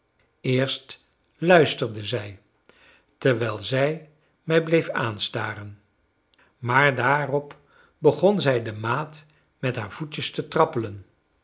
eerst luisterde zij terwijl zij mij bleef aanstaren maar daarop begon zij de maat met haar voetjes te trappelen